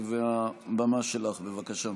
הבמה שלך, בבקשה.